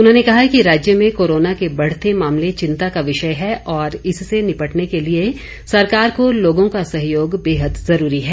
उन्होंने कहा कि राज्य में कोरोना के बढ़ते मामले चिंता का विषय है और इससे निपटने के लिए सरकार को लोगों का सहयोग बेहद ज़रूरी है